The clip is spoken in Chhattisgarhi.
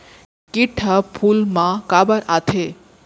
किट ह फूल मा काबर आथे?